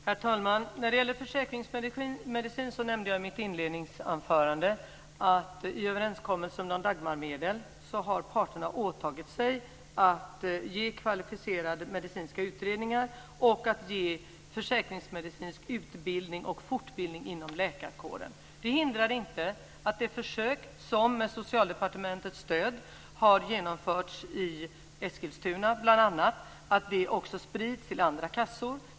Herr talman! När det gäller försäkringsmedicin nämnde jag i mitt inledningsanförande att parterna i överenskommelsen om Dagmarmedel har åtagit sig att ge utbildning i kvalificerade medicinska utredningar och att ge försäkringsmedicinsk utbildning och fortbildning inom läkarkåren. Det hindrar inte att de försök som med Socialdepartementets stöd har genomförts i Eskilstuna, bl.a., också sprids till andra kassor.